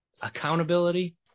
accountability